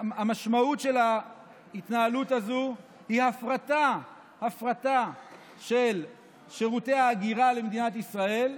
המשמעות של ההתנהלות הזו היא הפרטה של שירותי ההגירה למדינת ישראל,